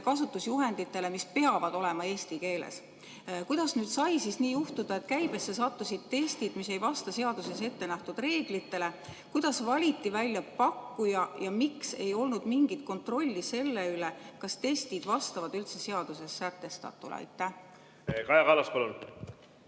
kasutusjuhenditele, mis peavad olema eesti keeles. Kuidas sai nii juhtuda, et käibesse sattusid testid, mis ei vasta seaduses ettenähtud reeglitele? Kuidas valiti välja pakkuja ja miks ei olnud mingit kontrolli selle üle, kas testid vastavad seaduses sätestatule? Aitäh, hea eesistuja!